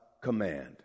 command